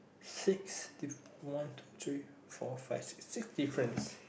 six diff~ one two three four five six difference